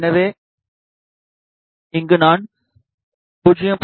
எனவே இங்கே நான் 0